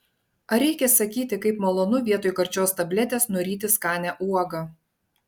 ar reikia sakyti kaip malonu vietoj karčios tabletės nuryti skanią uogą